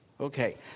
Okay